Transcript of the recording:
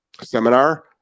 seminar